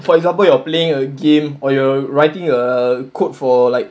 for example you're playing a game or you're writing a code for like